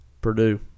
Purdue